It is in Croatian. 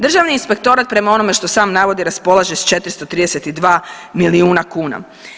Državni inspektorat prema onome što sam navodi raspolaže s 432 milijuna kuna.